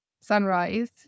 sunrise